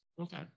Okay